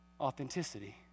authenticity